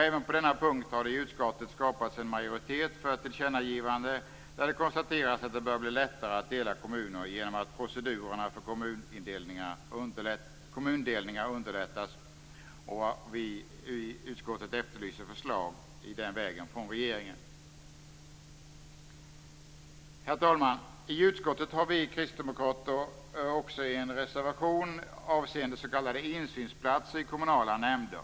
Även på denna punkt har det i utskottet skapats en majoritet för ett tillkännagivande där det konstateras att det bör bli lättare att dela kommuner genom att procedurerna för kommundelningar underlättas. Och vi i utskottet efterlyser förslag i den vägen från regeringen. Herr talman! I utskottet har vi kristdemokrater också en reservation avseende s.k. insynsplatser i kommunala nämnder.